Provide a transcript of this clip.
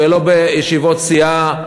ולא בישיבות סיעה.